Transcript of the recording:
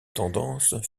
tendance